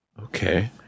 Okay